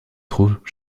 trop